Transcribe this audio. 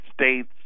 States